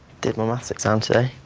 did my maths exam today.